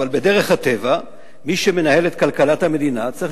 אבל בדרך הטבע מי שמנהל את כלכלת המדינה צריך